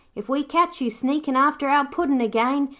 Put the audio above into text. if we catch you sneakin after our puddin' again,